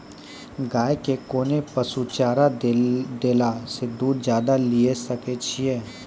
गाय के कोंन पसुचारा देला से दूध ज्यादा लिये सकय छियै?